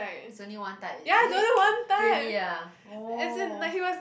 is only one type is it really ah orh